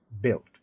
built